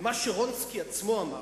ומה שרונצקי עצמו אמר,